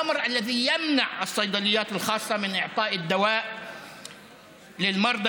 וכך הן מונעות מבתי המרקחת הפרטיים לתת תרופה